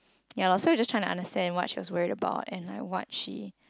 ya lor so were just trying to understand what she was worried about and like what she